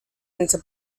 into